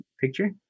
picture